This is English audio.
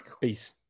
Peace